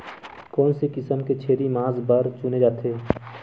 कोन से किसम के छेरी मांस बार चुने जाथे?